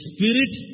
Spirit